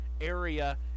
area